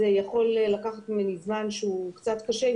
זה יכול לקחת ממני זמן רב וזה קצת קשה.